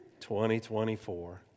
2024